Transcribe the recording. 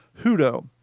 Hudo